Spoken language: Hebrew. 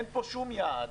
אין פה שום יעד,